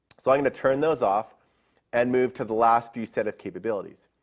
so i'm going to turn those off and move to the last few set of capabilities.